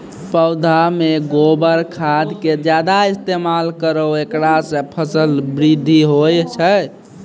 पौधा मे गोबर खाद के ज्यादा इस्तेमाल करौ ऐकरा से फसल बृद्धि होय छै?